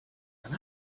and